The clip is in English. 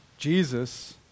Jesus